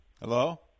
Hello